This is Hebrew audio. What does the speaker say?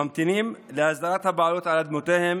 וממתינים להסדרת הבעלות על אדמותיהם